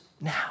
now